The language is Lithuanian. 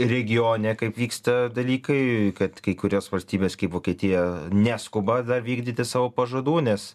regione kaip vyksta dalykai kad kai kurios valstybės kaip vokietija neskuba vykdyti savo pažadų nes